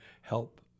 help